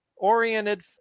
oriented